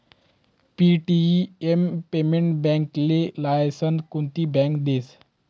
Paytm payment बॅकले license कोनती bank देस?